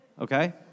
Okay